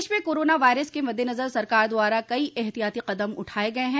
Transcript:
प्रदेश में corona virus के मददेनजर सरकार द्वारा कई एहतियाती कदम उठाये गये हैं